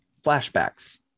flashbacks